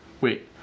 wait